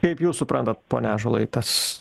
kaip jūs suprantat pone ąžuolai tas